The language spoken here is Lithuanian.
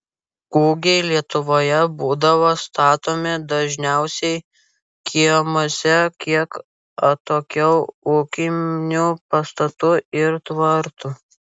kūgiai lietuvoje būdavo statomi dažniausiai kiemuose kiek atokiau ūkinių pastatų ir tvartų